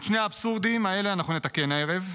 את שני האבסורדים האלה אנחנו נתקן הערב,